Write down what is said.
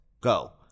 Go